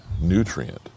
nutrient